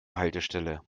haltestelle